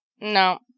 No